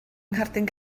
ngherdyn